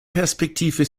perspektive